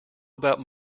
about